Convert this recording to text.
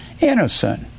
innocent